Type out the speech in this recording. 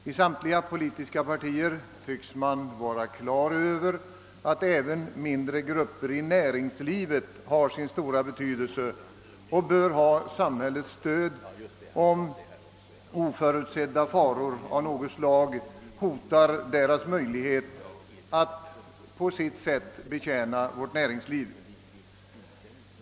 I samtliga politiska partier tycks man vara klar över att även mindre grupper i näringslivet har sin stora betydelse och att de bör ha samhällets stöd, om oförutsedda faror av något slag hotar deras möjlighet att på sitt sätt betjäna vårt näringsliv.